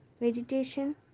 Vegetation